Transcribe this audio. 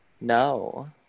no